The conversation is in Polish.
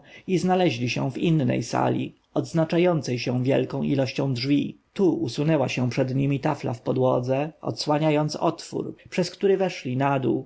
i znaleźli się w innej sali odznaczającej się wielką ilością drzwi tu usunęła się przed nimi tafla w podłodze odsłaniając otwór przez który zeszli na dół